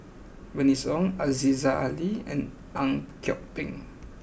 Bernice Ong Aziza Ali and Ang Kok Peng